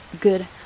good